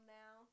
now